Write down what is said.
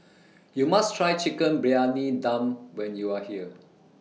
YOU must Try Chicken Briyani Dum when YOU Are here